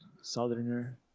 southerner